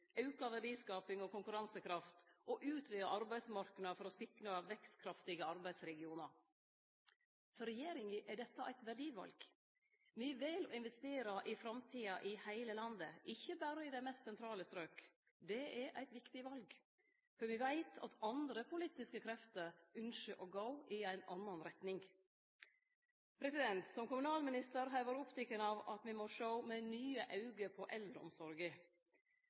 og konkurransekrafta og utvidar arbeidsmarknadene for å sikre vekstkraftige arbeidsregionar. For regjeringa er dette eit verdival. Me vel å investere i framtida i heile landet, ikkje berre i dei mest sentrale stroka. Det er eit viktig val, for me veit at andre politiske krefter ynskjer å gå i ei anna retning. Som kommunalminister har eg vore oppteken av at me må sjå med nye auge på eldreomsorga.